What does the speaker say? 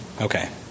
Okay